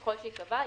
ככל שייקבע,